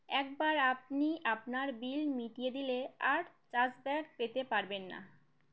একবার আপনি আপনার বিল মিটিয়ে দিলে আর চাষব্যগ পেতে পারবেন না